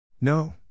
No